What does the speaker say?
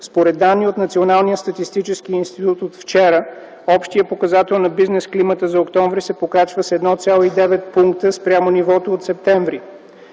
според данни от Националния статистически институт от вчера, общият показател на бизнесклимата за м. октомври се покачва с 1,9 пункта спрямо нивото от м. септември.